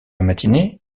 matinée